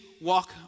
walk